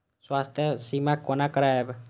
स्वास्थ्य सीमा कोना करायब?